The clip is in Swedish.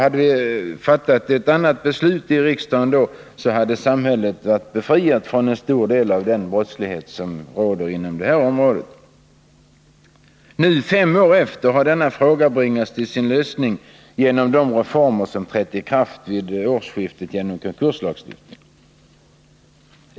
Hade riksdagen då fattat ett annat beslut, hade samhället varit befriat från en stor del av denna brottslighet. Nu, fem år senare, har denna fråga bringats till sin lösning genom de reformer som trädde i kraft vid årsskiftet genom konkurslagstiftningen.